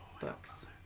books